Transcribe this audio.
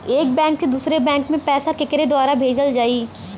एक बैंक से दूसरे बैंक मे पैसा केकरे द्वारा भेजल जाई?